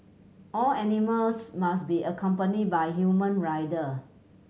all animals must be accompanied by a human rider